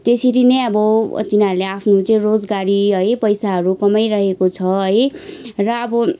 त्यसरी नै अब तिनीहरूले आफ्नो चाहिँ रोजगारी है पैसाहरू कमाइरहेको छ है र अब